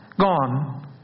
Gone